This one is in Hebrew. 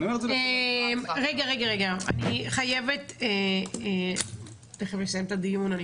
תשמע, רגע, רגע, אני חייבת תיכף לסיים את הדיון.